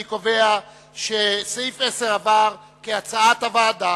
אני קובע שסעיף 10 התקבל, כהצעת הוועדה.